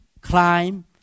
climb